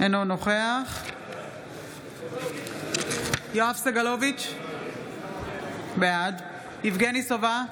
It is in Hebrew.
אינו נוכח יואב סגלוביץ' בעד יבגני סובה,